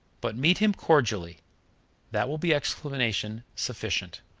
but meet him cordially that will be explanation sufficient.